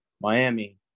Miami